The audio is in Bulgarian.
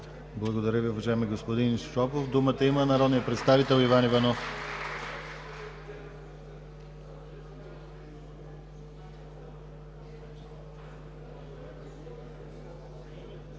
Благодаря Ви, уважаеми господин Шопов. Думата има народният представител Иван Иванов.